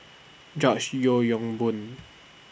George Yeo Yong Boon